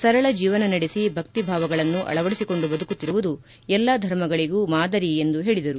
ಸರಳ ಜೀವನ ನಡೆಸಿ ಭಕ್ತಿಭಾವಗಳನ್ನು ಅಳವಡಿಸಿಕೊಂಡು ಬದುಕುತ್ತಿರುವುದು ಎಲ್ಲ ಧರ್ಮಗಳಗೂ ಮಾದರಿ ಎಂದು ಹೇಳಿದರು